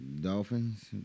Dolphins